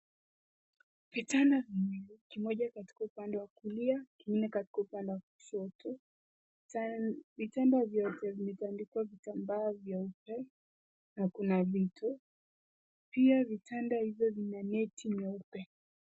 Vitanda viwili kimoja katika upande wa kulia kingine katika upande wa kushoto. Vitanda vyote vimetandikwa vitambaa vyeupe na kuna vito. Pia vitanda hivyo vina neti nyeupe.